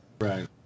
Right